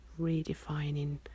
redefining